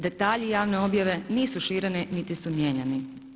Detalji javne objave nisu širene niti su mijenjani.